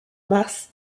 mars